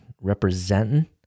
representing